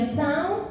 town